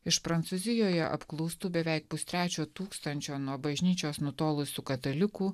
iš prancūzijoje apklaustų beveik pustrečio tūkstančio nuo bažnyčios nutolusių katalikų